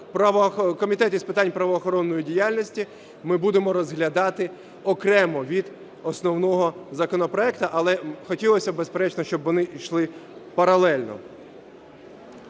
Комітеті з питань правоохоронної діяльності ми будемо розглядати окремо від основного законопроекту, але хотілося, безперечно, щоб вони йшли паралельно.